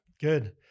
Good